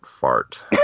fart